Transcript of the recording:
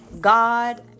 God